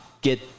get